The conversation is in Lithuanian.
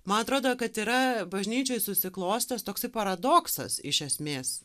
ma atrodo kad yra bažnyčioj susiklostęs toksai paradoksas iš esmės